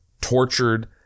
tortured